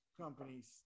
companies